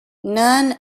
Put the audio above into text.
none